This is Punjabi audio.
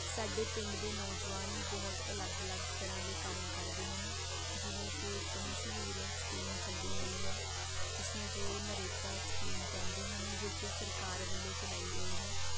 ਸਾਡੇ ਪਿੰਡ ਦੇ ਨੌਜਵਾਨ ਬਹੁਤ ਅਲੱਗ ਅਲੱਗ ਤਰ੍ਹਾਂ ਦੇ ਕੰਮ ਕਰਦੇ ਹਨ ਜਿਵੇਂ ਕਿ ਇੱਕ ਮਸ਼ਹੂਰ ਸਕੀਮ ਚੱਲੀ ਹੋਈ ਹੈ ਜਿਸ ਨੂੰ ਕਿ ਨਰੇਗਾ ਸਕੀਮ ਕਹਿੰਦੇ ਹਨ ਜੋ ਕਿ ਸਰਕਾਰ ਵੱਲੋਂ ਚਲਾਈ ਗਈ ਹੈ